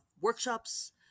workshops